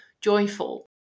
joyful